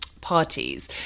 parties